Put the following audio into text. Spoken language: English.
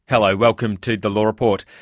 hello, welcome to the law report.